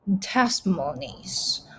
testimonies